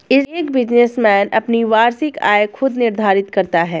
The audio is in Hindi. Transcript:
एक बिजनेसमैन अपनी वार्षिक आय खुद निर्धारित करता है